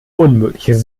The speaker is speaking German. unmöglich